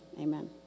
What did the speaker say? amen